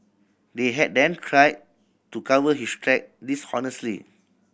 they had then cried to cover his track dishonestly